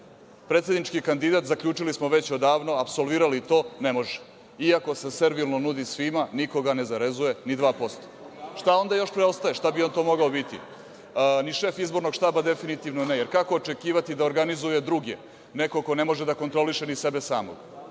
Predsednički kandidat, zaključili smo već odavno, apsolvirali to ne može, iako se servilno nudi svima, niko ga ne zarezuje ni 2%. Šta onda još preostaje? Šta bi on to mogao biti? Ni šef izbornog štaba definitivno ne, jer kako očekivati da organizuje druge neko ko ne može da kontroliše ni sebe samog.